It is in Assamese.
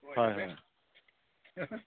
হয় হয়